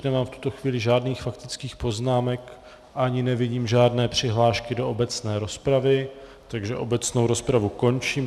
Nemám v tuto chvíli žádných faktických poznámek ani nevidím žádné přihlášky do obecné rozpravy, takže obecnou rozpravu končím.